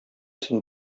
син